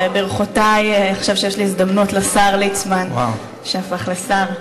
ברכותי לשר ליצמן, שהפך לשר.